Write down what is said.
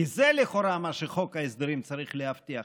כי זה לכאורה מה שחוק ההסדרים צריך להבטיח,